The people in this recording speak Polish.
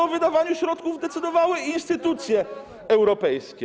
o wydawaniu środków decydowały instytucje europejskie?